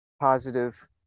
positive